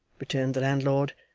returned the landlord,